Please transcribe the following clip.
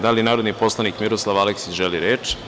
Da li narodni poslanik Miroslav Aleksić želi reč?